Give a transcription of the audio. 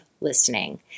listening